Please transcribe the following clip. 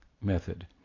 method